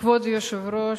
כבוד היושב-ראש,